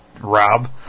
rob